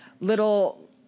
little